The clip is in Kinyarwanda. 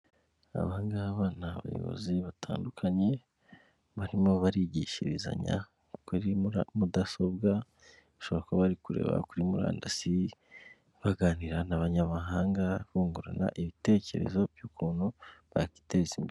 Aba ngaba ni abayobozi batandukanye, barimo barigishirizanya kuri mudasobwa, bashobora kuba bari kureba kuri murandasi, baganira n'abanyamahanga bungurana ibitekerezo by'ukuntu bakiteza imbere.